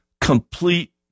complete